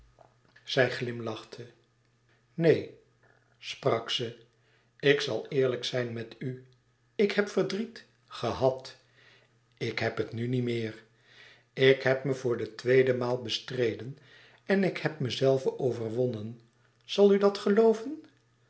neen sprak ze ik zal eerlijk zijn met u ik heb verdriet gehàd ik heb het nu niet meer ik heb me voor de tweede maal bestreden en ik heb mezelve overwonnen zal u dat gelooven